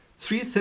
Three